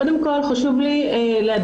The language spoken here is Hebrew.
קודם כל חשוב להדגיש,